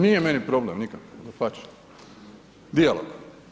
Nije meni problem nikakav, dapače, dijalog.